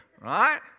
right